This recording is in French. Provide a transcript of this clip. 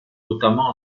notamment